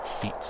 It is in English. feet